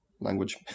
language